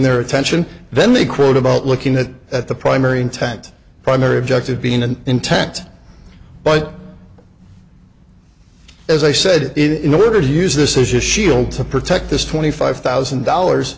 their attention then they quote about looking that at the primary intent primary objective being an intent but as i said in order to use this as a shield to protect this twenty five thousand dollars